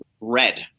red